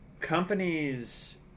companies